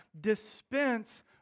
dispense